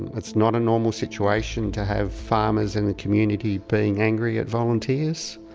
it's not a normal situation to have farmers in the community being angry at volunteers.